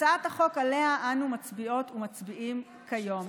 הצעת החוק, שעליה אנו מצביעות ומצביעים כיום,